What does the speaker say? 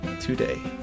today